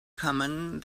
common